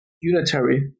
unitary